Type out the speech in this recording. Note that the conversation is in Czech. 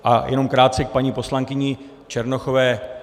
A jenom krátce k paní poslankyni Černochové.